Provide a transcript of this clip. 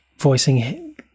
voicing